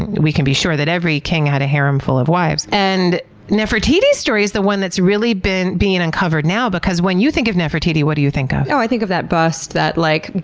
we can be sure that every king had a harem full of wives. and nefertiti's story is the one that's really being uncovered now because when you think of nefertiti, what do you think of? oh, i think of that bust, that, like,